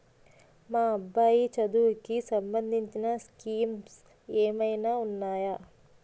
మా అబ్బాయి చదువుకి సంబందించిన స్కీమ్స్ ఏమైనా ఉన్నాయా?